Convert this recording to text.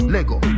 Lego